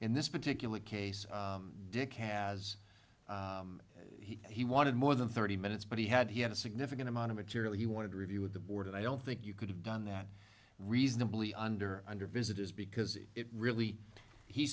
in this particular case dick has he he wanted more than thirty minutes but he had he had a significant amount of material he wanted to review with the board and i don't think you could have done that reasonably under under visitors because it really he